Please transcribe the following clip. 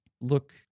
look